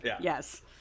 yes